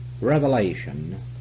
revelation